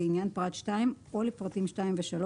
לעניין פרט 2 או לפרטים 2 ו-3,